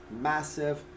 massive